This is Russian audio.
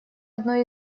одной